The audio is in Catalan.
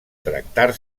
tractar